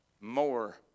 more